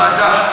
לוועדה.